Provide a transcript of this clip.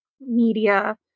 Media